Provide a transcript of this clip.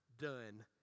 done